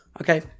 okay